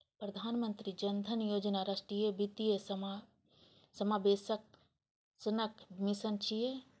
प्रधानमंत्री जन धन योजना राष्ट्रीय वित्तीय समावेशनक मिशन छियै